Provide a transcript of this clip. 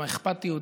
עם האכפתיות,